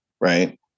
right